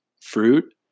fruit